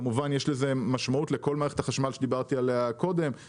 כמובן שיש לזה משמעות לכל מערכת החשמל שדיברתי עליה קודם,